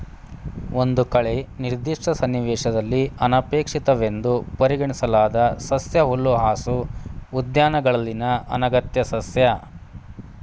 ಒಂದು ಕಳೆ ನಿರ್ದಿಷ್ಟ ಸನ್ನಿವೇಶದಲ್ಲಿ ಅನಪೇಕ್ಷಿತವೆಂದು ಪರಿಗಣಿಸಲಾದ ಸಸ್ಯ ಹುಲ್ಲುಹಾಸು ಉದ್ಯಾನಗಳಲ್ಲಿನ ಅನಗತ್ಯ ಸಸ್ಯ